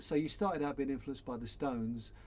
so you started out being influenced by the stones.